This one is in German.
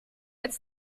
ins